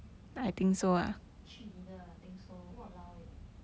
去你的 lah think so walao eh